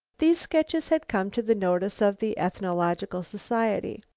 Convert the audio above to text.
these sketches had come to the notice of the ethnological society.